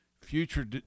future